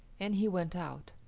and he went out.